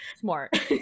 Smart